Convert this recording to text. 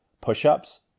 push-ups